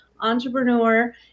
entrepreneur